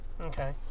Okay